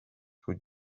kui